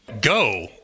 go